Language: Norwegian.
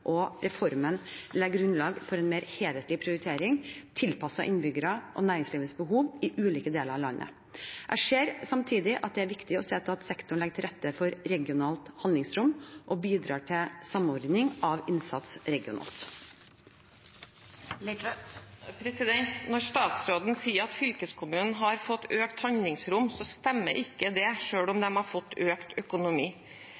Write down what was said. og reformen legger grunnlag for en mer helhetlig prioritering tilpasset innbyggernes og næringslivets behov i ulike deler av landet. Jeg ser samtidig at det er viktig å se til at sektoren legger til rette for regionalt handlingsrom og bidrar til samordning av innsats regionalt. Når statsråden sier at fylkeskommunene har fått økt handlingsrom, stemmer ikke det, selv om